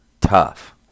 tough